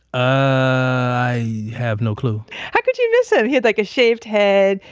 i have no clue how could you miss him? he had like a shaved head,